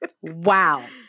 Wow